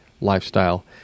lifestyle